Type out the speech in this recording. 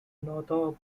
northrop